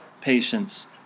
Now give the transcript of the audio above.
patience